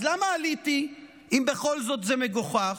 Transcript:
אז למה עליתי בכל זאת אם זה מגוחך?